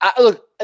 Look